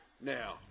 Now